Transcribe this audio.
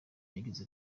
yagize